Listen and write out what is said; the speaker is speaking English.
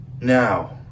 now